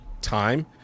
time